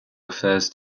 refers